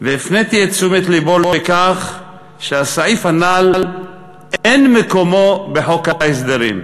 והפניתי את תשומת לבו לכך שהסעיף הנ"ל אין מקומו בחוק ההסדרים.